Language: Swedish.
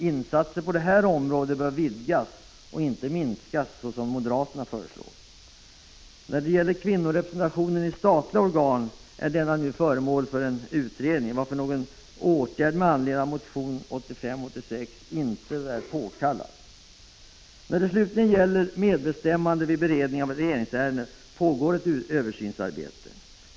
Insatser på detta område bör vidgas — inte minskas, som moderaterna föreslår. När det gäller kvinnorepresentation i statliga organ är denna nu föremål för utredning, varför någon åtgärd med anledning av motion 1985/86:18 inte är påkallad. När det slutligen gäller medbestämmande vid beredning av regeringsärenden pågår ett översynsarbete.